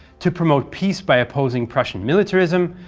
to promote peace by opposing prussian militarism,